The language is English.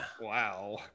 Wow